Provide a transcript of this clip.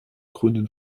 grünen